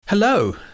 Hello